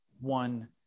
one